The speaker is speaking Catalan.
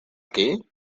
qui